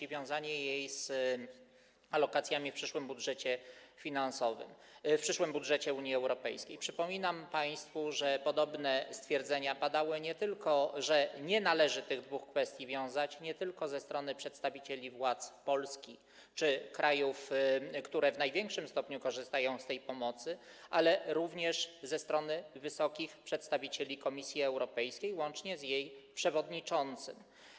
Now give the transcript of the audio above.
Jeżeli chodzi o wiązanie jej z alokacjami w przyszłym budżecie finansowym, w przyszłym budżecie Unii Europejskiej, przypominam państwu, że podobne stwierdzenia, że nie należy tych dwóch kwestii wiązać, padały nie tylko ze strony przedstawicieli władz Polski czy krajów, które w największym stopniu korzystają z tej pomocy, ale również ze strony wysokich przedstawicieli Komisji Europejskiej, łącznie z jej przewodniczącym.